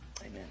Amen